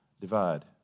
divide